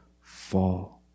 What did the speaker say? fall